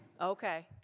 Okay